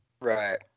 Right